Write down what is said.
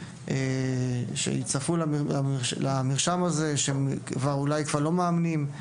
שיצטרפו למרשם הזה שאולי כבר לא מאמנים.